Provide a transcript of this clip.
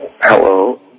Hello